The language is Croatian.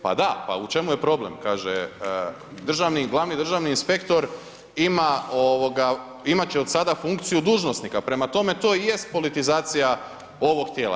Pa da, pa u čemu je problem kaže državni, glavni državni inspektor ima, imat će od sada funkciju dužnosnika, prema tome, to i jest politizacija ovog tijela.